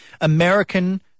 American